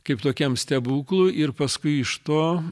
kaip tokiam stebuklui ir paskui iš to